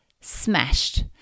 smashed